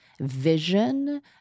vision